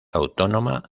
autónoma